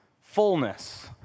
fullness